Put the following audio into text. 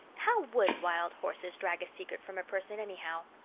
how would wild horses drag a secret from a person anyhow?